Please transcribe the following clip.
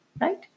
right